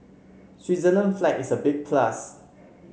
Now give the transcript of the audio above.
Switzerland flag is a big plus